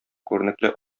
күренекле